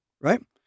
right